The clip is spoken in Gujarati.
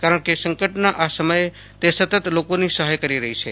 કારણ કે સંકટના આ સમયે સતત લોકોની સહાય કરી રહ્યું છે